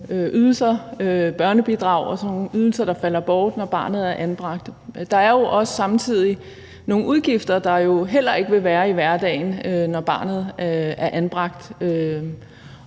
ydelser, børnebidrag og sådan nogle ydelser, der falder bort, når barnet er anbragt. Der er også samtidig nogle udgifter, der jo heller ikke vil være i hverdagen, når barnet er anbragt,